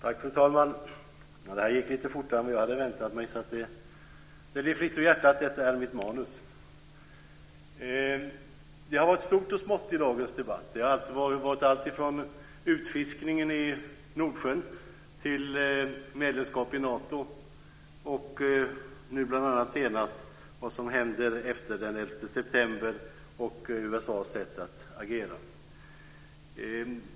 Fru talman! Det här har gått lite fortare än jag hade väntat mig. Det blir ett anförande lite fritt ur hjärtat - det är mitt manus. Det har varit stort och smått i dagens debatt. Det har varit allt från utfiskningen i Nordsjön till medlemskap i Nato och nu senast bl.a. vad som händer efter den 11 september och USA:s sätt att agera.